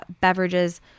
beverages